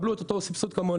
יקבלו את אותו סבסוד כמוני.